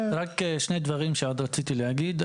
רק שני דברים שעוד רציתי להגיד,